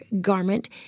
garment